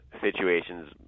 situations